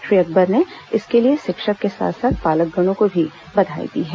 श्री अकबर ने इसके लिए शिक्षक के साथ साथ पालकगणों को भी बधाई दी है